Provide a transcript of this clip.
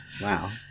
wow